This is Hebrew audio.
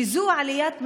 וזו עליית מדרגה,